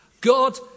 God